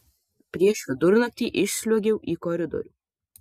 prieš vidurnaktį išsliuogiau į koridorių